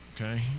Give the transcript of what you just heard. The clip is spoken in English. Okay